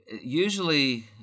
Usually